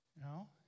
No